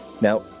Now